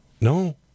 No